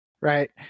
right